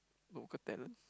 local talent